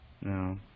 no